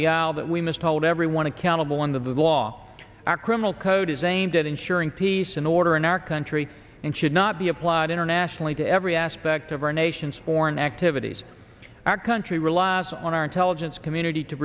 aisle that we must hold everyone accountable under the law our criminal code is aimed at ensuring peace and order in our country and should not be applied internationally to every aspect of our nation's foreign activities our country relies on our intelligence community to